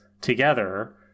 together